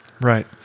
Right